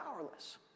powerless